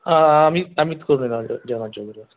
आम्ही आम्हीच करून देणार जेवणाच्या दरम्यान